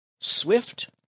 Swift